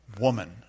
woman